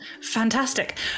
Fantastic